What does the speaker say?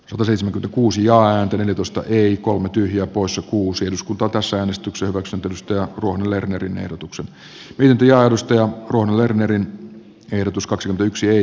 rasismi kuusi joan tylytusta ei kolme tyhjää poissa kuusi ims kakkosäänestykseen sen pyrstöä tuon lerner pirkko ruohonen lernerin ehdotus kaksi yksi ei